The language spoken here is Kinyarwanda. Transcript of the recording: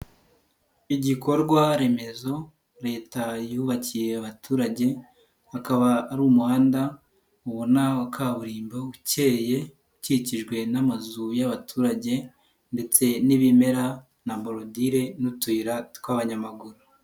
igikorwa remezo leta yubakiye abaturage akaba ari umuhanda ubona wa kaburimbo ukeye ukikijwe n'amazu y'abaturage ndetse n'ibimera na borodire n'utuyira tw'abanyamaguru.